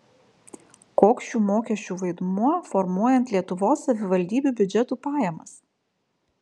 koks šių mokesčių vaidmuo formuojant lietuvos savivaldybių biudžetų pajamas